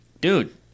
dude